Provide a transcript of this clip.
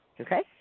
Okay